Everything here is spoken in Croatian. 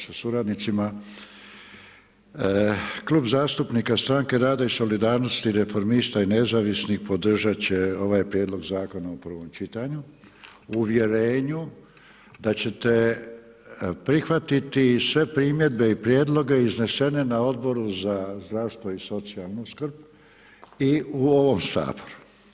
sa suradnicima, Klub zastupnika stranke rada i solidarnosti i reformista i nezavisnih podržati će ovaj prijedlog zakona u prvom čitanju u uvjerenju, da ćete prihvatiti sve primjedbe i prijedloge iznesene na Odboru za zastoj i socijalnu skrb i u ovom Saboru.